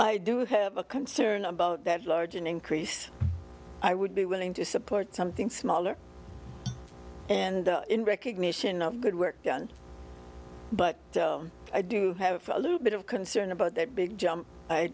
i do have a concern about that large an increase i would be willing to support something smaller and in recognition of good work but i do have a little bit of concern about that big jump i